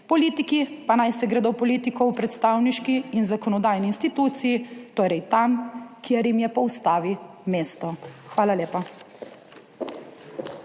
politiki pa naj se gredo politiko v predstavniški in zakonodajni instituciji, torej tam, kjer jim je po ustavi mesto. Hvala lepa.